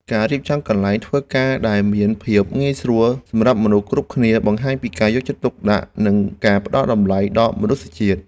ការរៀបចំកន្លែងធ្វើការដែលមានភាពងាយស្រួលសម្រាប់មនុស្សគ្រប់គ្នាបង្ហាញពីការយកចិត្តទុកដាក់និងការផ្តល់តម្លៃដល់មនុស្សជាតិ។